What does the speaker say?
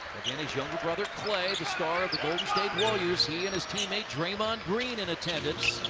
and his younger brother klay, the star of the golden state warriors, he and his teammate draymond green in attendance.